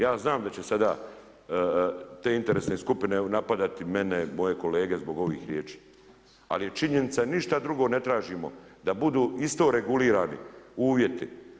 Ja znam da će sada te interesne skupine napadati mene, moje kolege zbog ovih riječi ali je činjenica da ništa drugo ne tražimo da budu isto regulirani uvjeti.